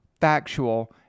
factual